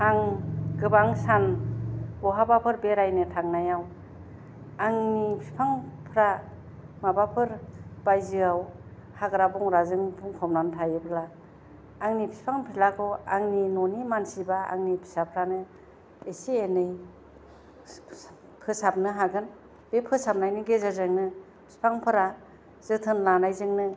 आं गोबां सान बहाबाफोर बेरायनो थांनायाव आंनि बिफांफ्रा माबाफोर बायजोयाव हाग्रा बंग्राजों बुंफबनानै थायोब्ला आंनि फिफां फिलाखौ आंनि न'नि मानसि बा आंनि फिसाफ्रानो एसे एनै फोसाबनो हागोन बे फोसाबनायनि गेजेरजोंनो बिफांफोरा जोथोन लानायजोंनो